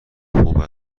خوب